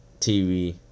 TV